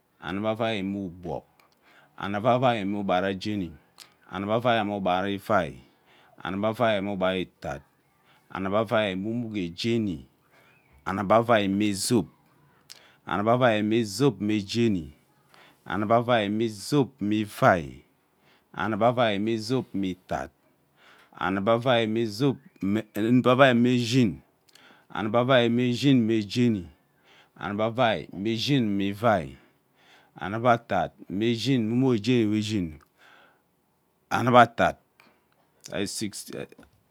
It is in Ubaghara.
Anubavai me ugbog anuk avai me ugbara jeni unukavai me avai anuk avail me ugbara itad umuke jeni anuk avail me zob anuk avail mee zob me jeni anuvai me zob me ivai anuk avail zob me itad anuk avail me shin anurai me shin me umuki jeni amukerai.